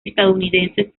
estadounidenses